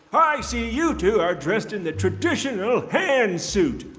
i see you two are dressed in the traditional hand suit.